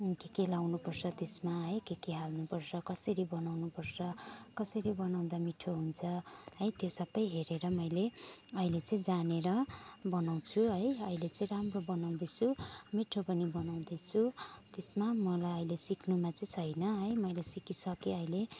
के के लगाउनु पर्छ त्यसमा है के के हाल्नु पर्छ कसरी बनाउनु पर्छ कसरी बनाउँदा मिठो हुन्छ है त्यो सब हेरेर मैले अहिले चाहिँ जानेर बनाउँछु है अहिले चाहिँ राम्रो बनाउँदैछु मिठो पनि बनाउँदैछु त्यसमा मलाई अहिले सिक्नुमा छैन है मैले सिकी सकेँ अहिले